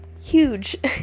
huge